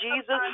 Jesus